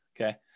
Okay